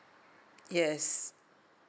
yes